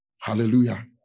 Hallelujah